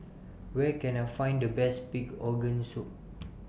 Where Can I Find The Best Big Organ Soup